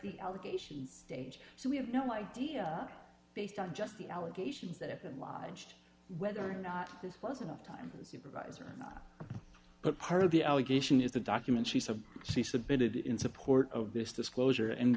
the allegations stage so we have no idea based on just the allegations that have been lodged whether or not this was enough time supervisor or not part of the allegation is the document she said she submitted in support of this disclosure and